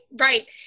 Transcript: Right